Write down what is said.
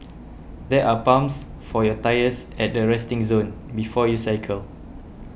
there are pumps for your tyres at the resting zone before you cycle